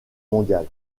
mondiale